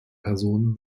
personen